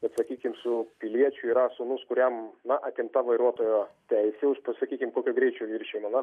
ir sakykim su piliečiu yra sūnus kuriam na atimta vairuotojo teisė pasakykim kokio greičio viršijimo na